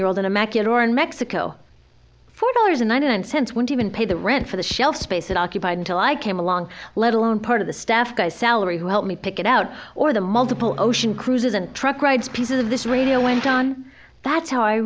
year old in a macular or in mexico four dollars ninety nine cents won't even pay the rent for the shelf space it occupied until i came along let alone part of the staff guy salary who helped me pick it out or the multiple ocean cruises and truck rides pieces of this radio went on that's how i